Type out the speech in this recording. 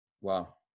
Wow